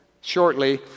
shortly